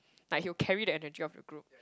like he will carry the energy of the group